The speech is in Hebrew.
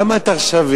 למה אתה עכשיו,